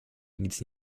nic